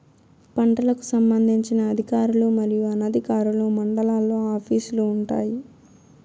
పంటలకు సంబంధించిన అధికారులు మరియు అనధికారులు మండలాల్లో ఆఫీస్ లు వుంటాయి?